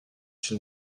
une